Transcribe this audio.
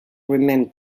remain